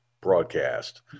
broadcast